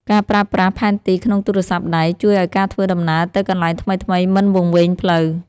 ការប្រើប្រាស់ផែនទីក្នុងទូរស្ទព្ទដៃ ជួយឱ្យការធ្វើដំណើរទៅកន្លែងថ្មីៗមិនវង្វេងផ្លូវ។